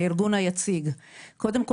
לגבי הארגון היציג, כמי